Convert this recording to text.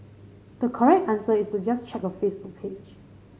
the correct answer is to just check her Facebook page